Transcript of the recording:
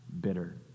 bitter